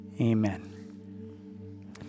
amen